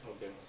Okay